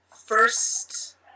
first